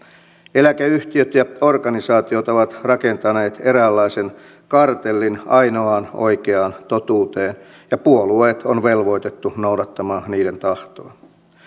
eläkeyhtiöt ja organisaatiot ovat rakentaneet eräänlaisen kartellin ainoaan oikeaan totuuteen ja puolueet on velvoitettu noudattamaan niiden tahtoa